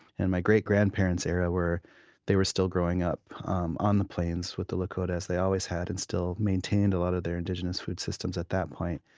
in my great-grandparents' era, they were still growing up um on the plains with the lakotas. they always had and still maintained a lot of their indigenous food systems at that point.